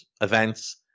events